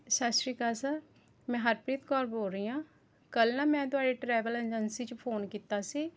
ਸਤਿ ਸ਼੍ਰੀ ਅਕਾਲ ਸਰ ਮੈਂ ਹਰਪ੍ਰੀਤ ਕੌਰ ਬੋਲ ਰਹੀ ਹਾਂ ਕੱਲ੍ਹ ਨਾ ਮੈਂ ਤੁਹਾਡੀ ਟਰੈਵਲ ਏਜੰਸੀ 'ਚ ਫ਼ੋਨ ਕੀਤਾ ਸੀ